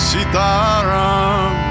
Sitaram